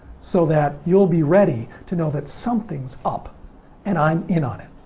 so that you'll be ready to know that something's up and i'm, in on it.